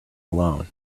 alone